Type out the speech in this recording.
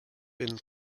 been